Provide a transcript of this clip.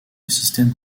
système